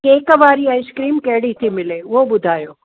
cake वारी ice cream कहिड़ी थी मिले उहो ॿुधायो